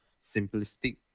simplistic